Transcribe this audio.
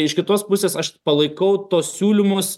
iš kitos pusės aš palaikau tuos siūlymus